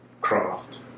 craft